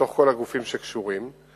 בתוך כל הגופים שקשורים.